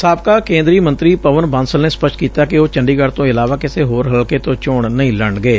ਸਾਬਕਾ ਕੇਂਦਰੀ ਮੰਤਰੀ ਪਵਨ ਬਾਂਸਲ ਨੇ ਸਪਸ਼ਟ ਕੀਤੈ ਕਿ ਉਹ ਚੰਡੀਗੜ ਤੋਂ ਇਲਾਵਾ ਕਿਸੇ ਹੋਰ ਹਲਕੇ ਤੋਂ ਚੋਣ ਨਹੀਂ ਲੜਨਗੇ